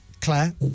Claire